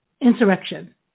insurrection